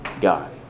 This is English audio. God